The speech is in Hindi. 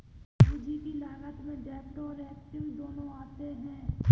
पूंजी की लागत में डेब्ट और एक्विट दोनों आते हैं